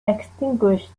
extinguished